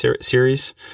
series